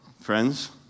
Friends